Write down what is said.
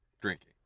Drinking